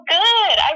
good